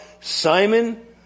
Simon